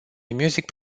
music